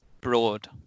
broad